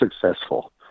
successful